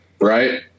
right